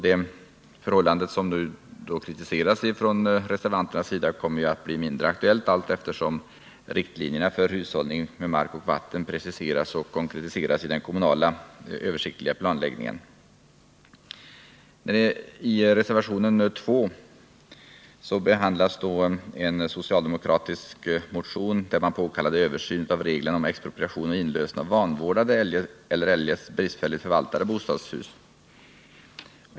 Det förhållande som kritiseras från reservanternas sida kommer att bli mindre aktuellt allteftersom riktlinjerna för hushållning med mark och vatten preciseras och konkretiseras i den kommunala översiktliga planläggningen. I reservation 2 behandlas en socialdemokratisk motion där man påkallat översyn av reglerna om expropriation och inlösen av vanvårdade eller eljest bristfälligt förvaltade bostadshus.